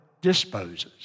disposes